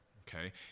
okay